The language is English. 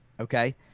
okay